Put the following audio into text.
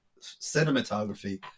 cinematography